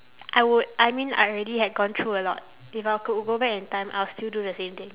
I would I mean I already had gone through a lot if I could go back in time I would still do the same thing